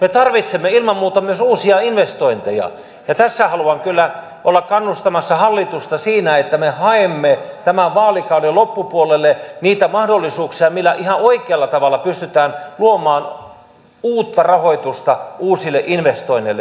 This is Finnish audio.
me tarvitsemme ilman muuta myös uusia investointeja ja tässä haluan kyllä olla kannustamassa hallitusta siinä että me haemme tämän vaalikauden loppupuolelle niitä mahdollisuuksia millä ihan oikealla tavalla pystytään luomaan uutta rahoitusta uusille investoinneille